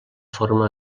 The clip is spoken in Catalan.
forma